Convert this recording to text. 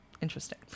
Interesting